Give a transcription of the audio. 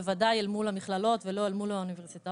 בוודאי אל מול המכללות ולא אל מול האוניברסיטאות